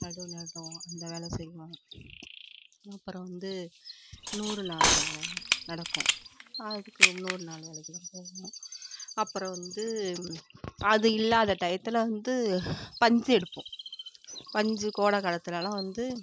நடவு நடுவோம் அந்த வேலை செய்வோம் அப்புறம் வந்து நூறுநாள் வேலை நடக்கும் அதுக்கு நூறு நாள் வேலைக்கெல்லாம் போவோம் அப்புறம் வந்து அது இல்லாத டையத்தில் வந்து பஞ்சு எடுப்போம் பஞ்சு கோடை காலத்திலலாம் வந்து